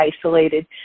isolated